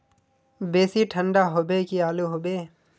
बेसी ठंडा होबे की आलू होबे